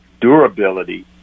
durability